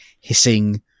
hissing